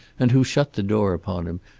and who shut the door upon him,